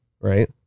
right